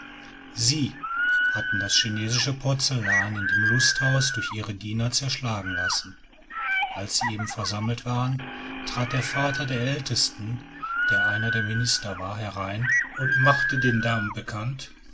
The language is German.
sie hatten das chinesische porzellan in dem lusthaus durch ihre diener zerschlagen lassen als sie eben versammelt waren trat der vater der ältesten der einer der minister war herein und machte den damen bekannt